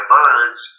birds